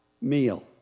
meal